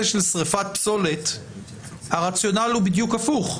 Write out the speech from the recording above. של שריפת פסולת הרציונל הוא בדיוק הפוך.